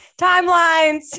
timelines